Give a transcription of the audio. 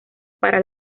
para